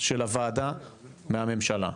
של הוועדה מהממשלה.